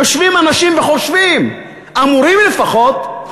יושבים אנשים וחושבים, אמורים לפחות.